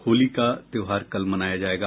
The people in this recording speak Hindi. होली का त्योहार कल मनाया जायेगा